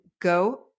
go